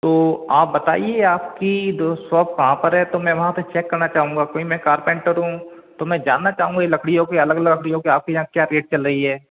तो आप बताइए आपकी सॉप कहाँ पर है तो मैं वहाँ पर चेक करना चाहूँगा क्योंकि मैं कारपेंटर हूँ तो मैं जानना चाहूँगा ये लकड़ियों के अलग अलग लकड़ियों के आपके यहाँ क्या रेट चल रहा है